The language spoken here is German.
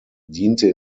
diente